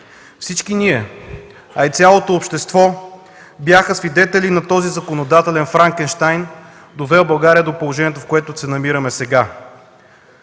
Всички ние, а и цялото общество бяхме свидетели на този законодателен Франкенщайн, довел България до положението, в което се намираме сега.